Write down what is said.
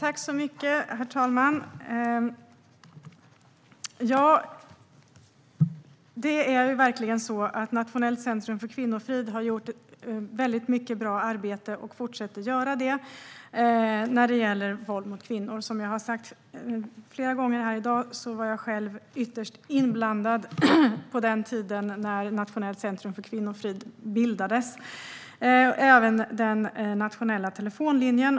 Herr talman! Nationellt centrum för kvinnofrid har gjort mycket bra arbete och fortsätter att göra det när det gäller arbetet mot våld mot kvinnor. Jag har flera gånger i dag sagt att jag själv var ytterst inblandad på den tiden när Nationellt centrum för kvinnofrid bildades. Det gällde även den nationella telefonlinjen.